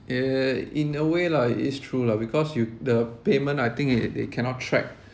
uh in a way lah it's true lah because you the payment I think it it cannot track